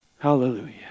Hallelujah